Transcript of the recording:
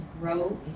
grow